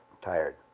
tired